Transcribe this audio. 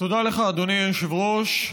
היושב-ראש.